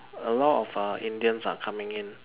a lot of uh Indians are coming in